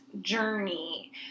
journey